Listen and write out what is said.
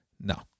No